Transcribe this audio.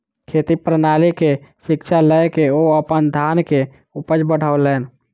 खेती प्रणाली के शिक्षा लय के ओ अपन धान के उपज बढ़ौलैन